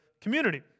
community